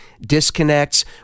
disconnects